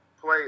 play